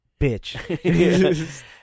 bitch